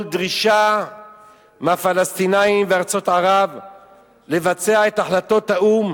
דרישה מהפלסטינים וארצות ערב לבצע את החלטות האו"ם